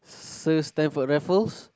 Sir-Stamford-Raffles